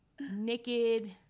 naked